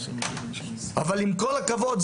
עם כל הכבוד,